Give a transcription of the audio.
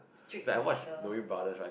strict about the